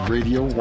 Radio